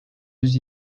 yüz